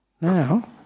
now